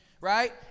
right